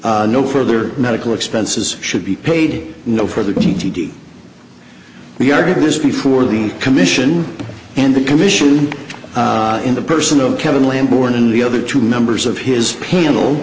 d no further medical expenses should be paid no for the we are to do this before the commission and the commission in the person of kevin lamb born in the other two members of his panel